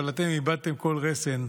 אבל אתם איבדתם כל רסן.